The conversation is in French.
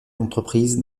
l’entreprise